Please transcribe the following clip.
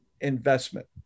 investment